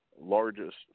largest